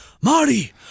Marty